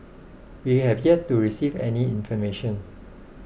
we have yet to receive any information